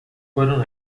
fueron